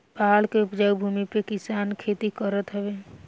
पहाड़ के उपजाऊ भूमि पे किसान खेती करत हवे